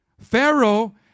Pharaoh